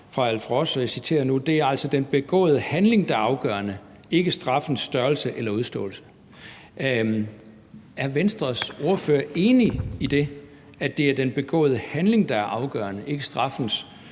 af Alf Ross, og jeg citerer nu: Det er altså den begåede handling, der er afgørende, ikke straffens størrelse eller udståelse. Er Venstres ordfører enig i, at det er den begående handling, der er afgørende, ikke straffens